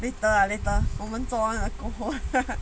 later lah later 我们做完了过后